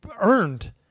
earned